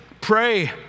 Pray